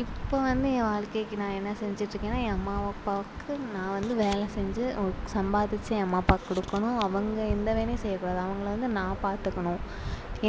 இப்போ வந்து என் வாழ்க்கைக்கு நான் என்ன செஞ்சுட்டு இருக்கேன்னா என் அம்மா அப்பாவுக்கு நான் வந்து வேலை செஞ்சு அவங்களுக்கு சம்பாதிச்சு என் அம்மா அப்பாவுக்கு கொடுக்கணும் அவங்க எந்த வேலையும் செய்ய கூடாது அவங்கள வந்து நான் பார்த்துக்கணும்